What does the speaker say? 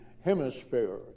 hemisphere